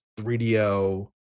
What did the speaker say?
3DO